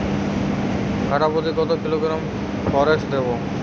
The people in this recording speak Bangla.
কাঠাপ্রতি কত কিলোগ্রাম ফরেক্স দেবো?